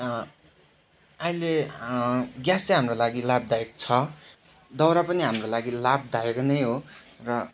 अहिले ग्यास चाहिँ हाम्रो लागि लाभदायक छ दाउरा पनि हाम्रो लागि लाभदायक नै हो र